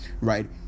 Right